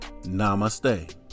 Namaste